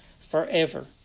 forever